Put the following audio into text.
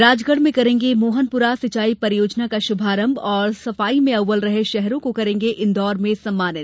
राजगढ़ में करेंगे मोहनपुरा सिंचाई परियोजना का शुभारंभ और सफाई में अव्वल रहे शहरों को करेंगे इंदौर में सम्मानित